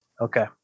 Okay